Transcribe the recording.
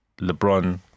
Lebron